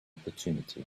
opportunity